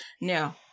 No